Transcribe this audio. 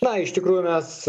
na iš tikrųjų mes